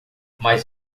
mas